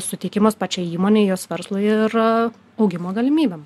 suteikimas pačiai įmonei jos verslui ir augimo galimybėm